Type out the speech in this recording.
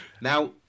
Now